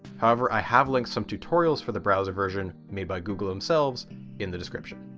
however, i have linked some tutorials for the browser version made by google themselves in the description.